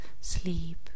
sleep